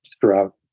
throughout